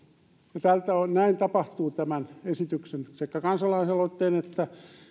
näin tapahtuu tämän esityksen sekä kansalaisaloitteen että